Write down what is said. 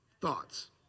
thoughts